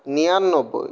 নিৰান্নব্বৈ